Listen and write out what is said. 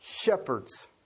shepherds